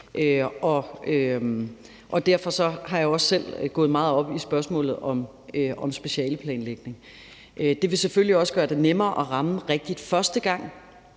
Derfor har jeg også selv gået meget op i spørgsmålet om specialeplanlægning. Det vil selvfølgelig også gøre det nemmere at ramme rigtigt første gang,